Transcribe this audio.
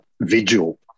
Vigil